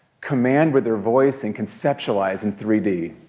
command with their voice, and conceptualize in three d.